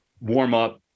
warm-up